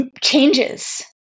changes